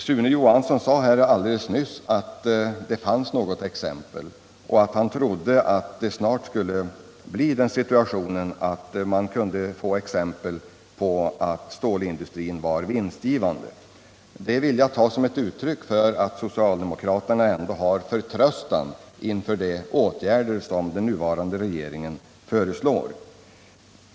Sune Johansson sade här alldeles nyss att det fanns något exempel och att han trodde att det snart skulle bli en sådan situation att man kunde få flera exempel på att stålindustrin var vinstgivande. Det vill jag ta som ett uttryck för att socialdemokraterna ändå har förtröstan inför de åtgärder som den nuvarande regeringen föreslår.